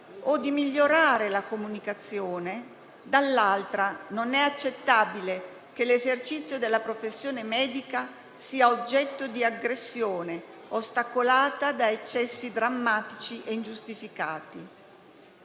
o di migliorare la comunicazione, dall'altra non è accettabile che l'esercizio della professione medica sia oggetto di aggressione, ostacolata da eccessi drammatici e ingiustificati.